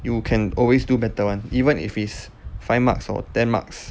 you can always do better [one] even if it's five marks or ten marks